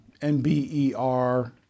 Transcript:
NBER